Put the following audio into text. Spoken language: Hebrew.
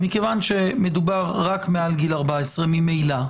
מכיוון שמדובר רק מעל גיל 14 ממילא,